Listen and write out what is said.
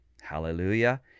hallelujah